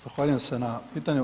Zahvaljujem se na pitanju.